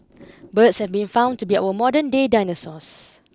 birds have been found to be our modernday dinosaurs